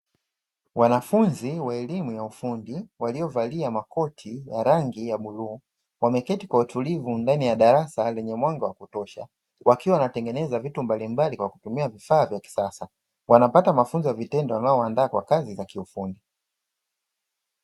Wanafunzi wa elimu ya ufundi, waliovalia makoti ya rangi ya bluu. Wameketi kwa utulivu ndani ya darasa lenye mwanga wa kutosha, wakiwa wanatengeneza vitu mbalimbali kwa kutumia vifaa vya kisasa. Wanapata mafunzo ya kisasa yanayowaandaa kwa ajili ya mafunzo ya kiufundi.